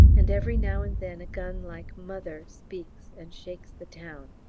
and every now and then a gun like mother speaks and shakes the town.